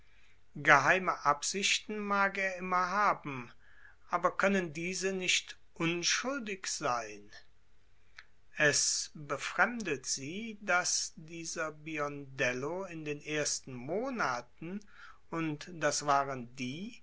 geheime absichten mag er immer haben aber können diese nicht unschuldig sein es befremdet sie daß dieser biondello in den ersten monaten und das waren die